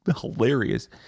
hilarious